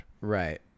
Right